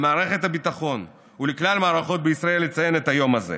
למערכת הביטחון ולכלל המערכות בישראל לציין את היום הזה,